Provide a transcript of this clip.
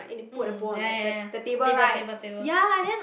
mm ya ya ya ya table table table